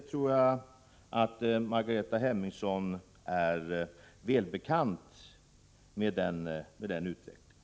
Jag tror att Margareta Hemmingsson är väl bekant med den utvecklingen.